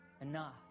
enough